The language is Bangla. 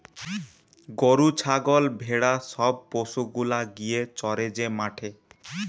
গরু ছাগল ভেড়া সব পশু গুলা গিয়ে চরে যে মাঠে